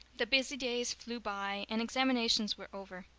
the busy days flew by and examinations were over.